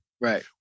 Right